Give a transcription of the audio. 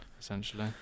essentially